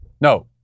No